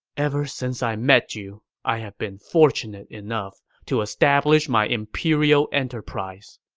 ever since i met you, i have been fortunate enough to establish my imperial enterprise.